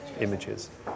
images